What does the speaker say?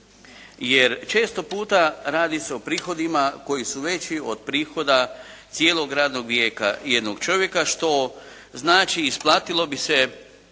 jer često puta radi se o prihodima koji su veći od prihoda cijelog radnog vijeka jednog čovjeka što znači isplatilo bi se